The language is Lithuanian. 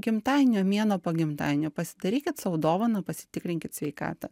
gimtadienio mėnuo po gimtadienio pasidarykit sau dovaną pasitikrinkit sveikatą